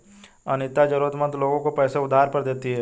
अनीता जरूरतमंद लोगों को पैसे उधार पर देती है